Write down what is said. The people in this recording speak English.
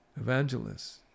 evangelists